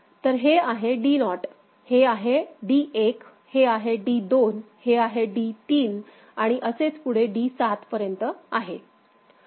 तर हे आहे D नॉट हे आहे D1 हे आहे D2हे आहे D3 आणि असेच पुढे D7 पर्यंत आहे